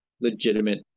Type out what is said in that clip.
legitimate